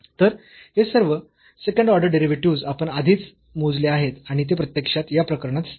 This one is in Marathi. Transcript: तर हे सर्व सेकंड ऑर्डर डेरिव्हेटिव्ह्ज आपण आधीच मोजले आहेत आणि ते प्रत्यक्षात या प्रकरणात स्थिर आहेत